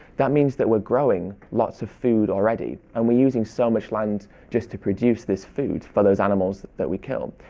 that means that we're growing lots of food already and we're using so much land just to produce this food for those animals that we kill.